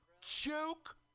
Joke